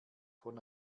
von